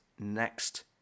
Next